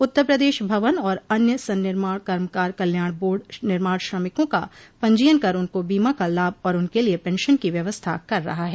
उत्तर प्रदेश भवन और अन्य संनिर्माण कर्मकार कल्याण बोर्ड निर्माण श्रमिकों का पंजीयन कर उनको बीमा का लाभ और उनके लिए पेंशन की व्यवस्था कर रहा है